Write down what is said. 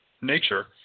nature